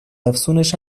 افزونش